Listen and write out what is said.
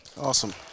Awesome